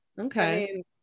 Okay